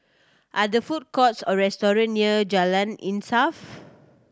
are there food courts or restaurant near Jalan Insaf